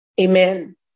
Amen